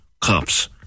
cops